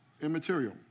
immaterial